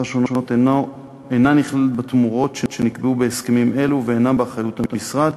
שונות אינם נכללים בתמורות שנקבעו בהסכמים אלו ואינם באחריות המשרד.